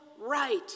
right